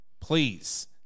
Please